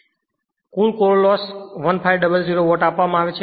હવે કુલ core loss 1500 watt આપવામાં આવે છે